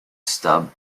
stub